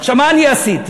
מה אני עשיתי?